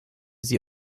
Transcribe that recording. sie